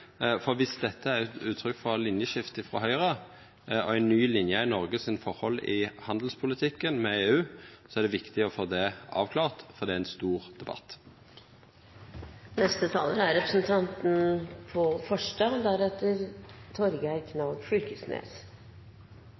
Viss dette er uttrykk for eit linjeskifte frå Høgre og ei ny linje i Noregs forhold til handelspolitikken med EU, er det viktig å få det avklart, for det er ein stor